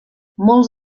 molts